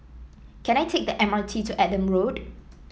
can I take the M R T to Adam Road